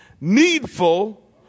needful